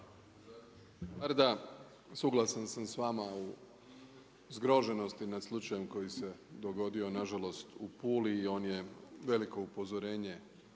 hvala.